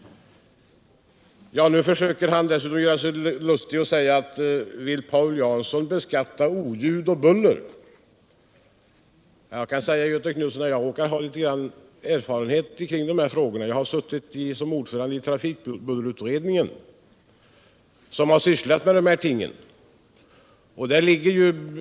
Han försökte dessutom göra sig lustig genom att fråga om Paul Jansson vill än beskatta oljud och buller. Jag kan berätta för Göthe Knutson att jag råkar ha någon erfarenhet av dessa frågor. Jag har varit ordförande i trafikbullerutredningen. som har sysslat med dessa ting.